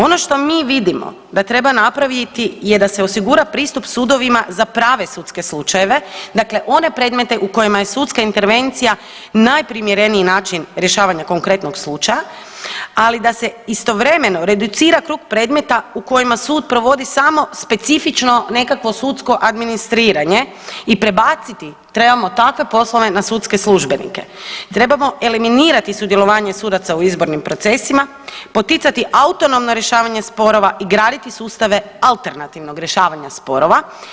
Ono što mi vidimo da treba napraviti je da se osigura pristup sudovima za prave sudske slučajeve, dakle one predmete u kojima je sudska intervencija najprimjereniji način rješavanja konkretnog slučaja, ali da se istovremeno reducira krug predmeta u kojima sud provodi samo specifično nekakvo sudsko administriranje i prebaciti trebamo takve poslove na sudske službenike, trebamo eliminirati sudjelovanje sudaca u izbornim procesima, poticati autonomno rješavanje sporova i graditi sustave alternativnog rješavanja sporova.